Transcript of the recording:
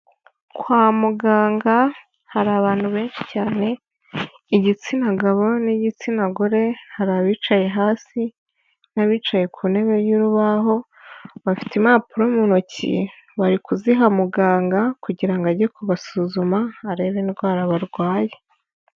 Kwa muganga hari abantu benshi cyane igitsina gabo n'igitsina gore, hari abicaye hasi n'abicaye ku ntebe y'urubaho bafite impapuro mu ntoki bari kuziha muganga kugira ngo ajye kubasuzuma arebe indwara barwaye.